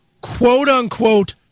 quote-unquote